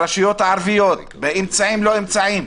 הרשויות הערביות באמצעים לא אמצעים,